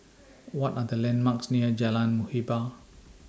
What Are The landmarks near Jalan Muhibbah